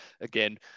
Again